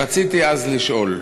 רציתי אז לשאול: